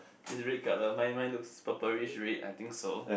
is red colour mine mine looks purplish red I think so